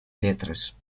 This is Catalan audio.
lletres